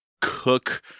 cook